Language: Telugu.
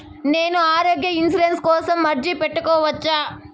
నేను ఆరోగ్య ఇన్సూరెన్సు కోసం అర్జీ పెట్టుకోవచ్చా?